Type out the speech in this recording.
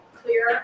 clear